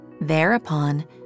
Thereupon